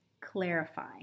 clarify